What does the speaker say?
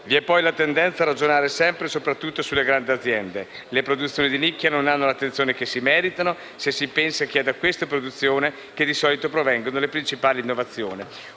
Vi è poi la tendenza a ragionare sempre e soprattutto sulle grandi aziende: le produzioni di nicchia non hanno l'attenzione che si meritano, se si pensa che è da essa che di solito provengono le principali innovazioni.